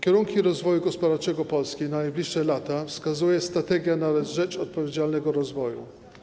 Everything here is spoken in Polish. Kierunki rozwoju gospodarczego Polski na najbliższe lata wskazuje „Strategia na rzecz odpowiedzialnego rozwoju”